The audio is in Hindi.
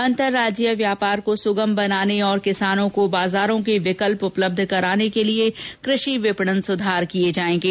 अंतरराज्यीय व्यापार को सुगम बनाने और किसानों को बाजारों के विकल्प उपलब्ध कराने के लिए कृषि विपणन सुधार किए जाएंगे